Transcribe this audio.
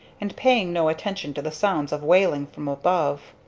and paying no attention to the sounds of wailing from above.